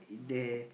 there